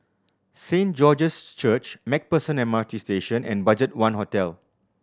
Saint George's Church Macpherson M R T Station and BudgetOne Hotel